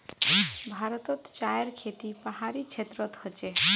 भारतोत चायर खेती पहाड़ी क्षेत्रोत होचे